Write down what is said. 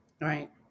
Right